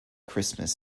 christmas